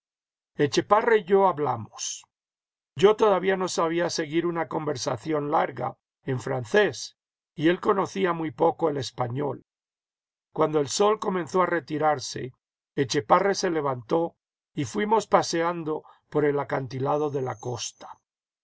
etchepare y yo hablamos yo todavía no sabía seguir una conversación larga en francés y él conocía muy poco el español cuando el sol comenzó a retirarse etchepare se levantó y fuimos paseando por el acantilado de la costa